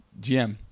GM